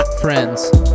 Friends